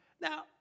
Now